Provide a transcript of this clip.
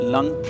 Lung